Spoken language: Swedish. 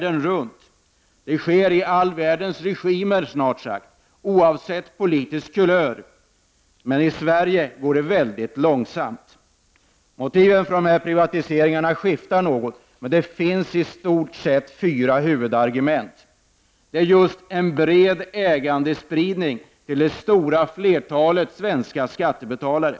Den förs av snart sagt alla världens regimer, oavsett politiskt kulör, men i Sverige går det mycket långsamt. Motiven för privatiseringarna skiftar något, men det finns i stort sett fyra huvudargument. För det första behövs en bred ägandespridning till de stora flertalet svenska skattebetalare.